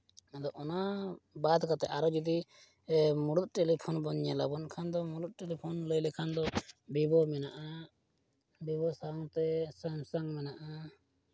ᱟᱫᱚ ᱚᱱᱟ ᱵᱟᱫ ᱠᱟᱛᱮᱫ ᱟᱨᱚ ᱡᱩᱫᱤ ᱢᱩᱬᱩᱫ ᱢᱩᱲᱩᱫ ᱴᱮᱞᱤᱯᱷᱳᱱ ᱧᱮᱞᱟᱵᱚᱱ ᱢᱩᱬᱩᱫ ᱢᱩᱲᱩᱫ ᱴᱮᱞᱤᱯᱷᱳᱱ ᱞᱟᱹᱭ ᱞᱮᱠᱷᱟᱱ ᱫᱚ ᱵᱷᱤᱵᱷᱳ ᱢᱮᱱᱟᱜᱼᱟ ᱵᱷᱤᱵᱷᱳ ᱥᱟᱶᱛᱮ ᱥᱟᱢᱥᱩᱝ ᱢᱮᱱᱟᱜᱼᱟ